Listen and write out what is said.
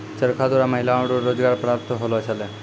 चरखा द्वारा महिलाओ रो रोजगार प्रप्त होलौ छलै